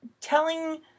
telling